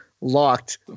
locked